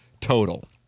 total